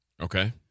Okay